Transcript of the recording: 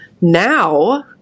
Now